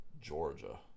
Georgia